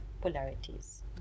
polarities